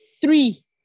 Three